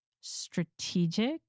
strategic